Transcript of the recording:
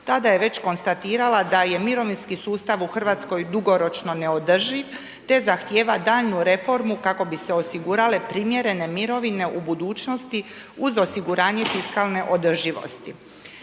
tada je već konstatirala da je mirovinski sustav u Hrvatskoj dugoročno neodrživ te zahtjeva daljnju reformu kako bi se osigurale primjerene mirovine u budućnosti uz osiguranje fiskalne održivosti.